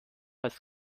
als